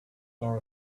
bar